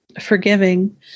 forgiving